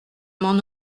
m’en